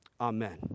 Amen